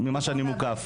לבנות שלנו,